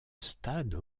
stades